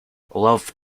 love